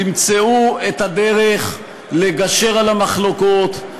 תמצאו את הדרך לגשר על המחלוקות,